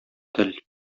тел